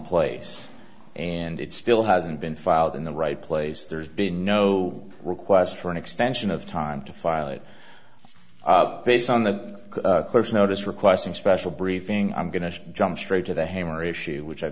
place and it still hasn't been filed in the right place there's been no request for an extension of time to file it based on the close notice requesting special briefing i'm going to jump straight to the hammer issue which i